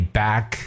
back